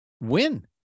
win